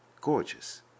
gorgeous